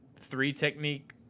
three-technique